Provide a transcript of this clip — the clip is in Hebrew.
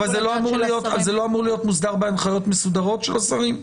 אבל זה לא אמור להיות מוסדר בהנחיות מסודרות של השרים?